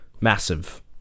Massive